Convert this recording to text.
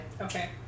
Okay